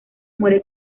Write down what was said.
muere